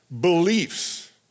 beliefs